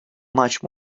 much